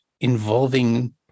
involving